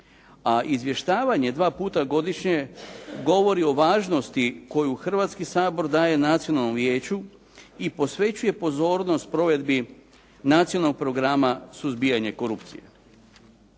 a izvještavanje dva puta godišnje govori o važnosti koju Hrvatski sabor daje Nacionalnom vijeću i posvećuje pozornost provedbi Nacionalnog programa suzbijanja korupcije.